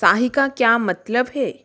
सही का क्या मतलब है